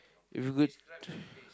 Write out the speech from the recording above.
if you could